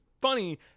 funny